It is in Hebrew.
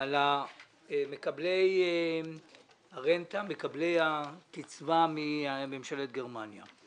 מקבלי הרנטה, מקבלי הקצבה מממשלת גרמניה,